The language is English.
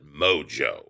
mojo